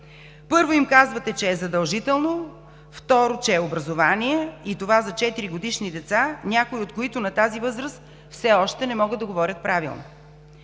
Първо, казвате им, че е задължително. Второ, че е образование – при това за четиригодишни деца, някои от които на тази възраст все още не могат да говорят правилно.